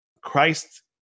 Christ